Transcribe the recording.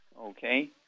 okay